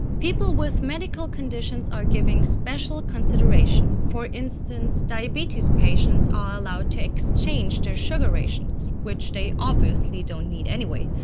people with medical conditions are given special consideration, for instance diabetes patients are allowed to exchange their sugar rations, which they obviously don't need anyway,